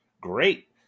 Great